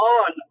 on